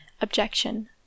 Objection